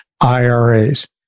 IRAs